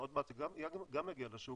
שעוד מעט גם יגיע לשוק,